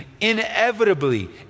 inevitably